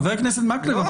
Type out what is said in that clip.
חבר הכנסת מקלב,